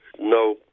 no